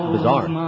Bizarre